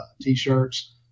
T-shirts